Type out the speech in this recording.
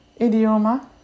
idioma